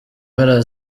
mpera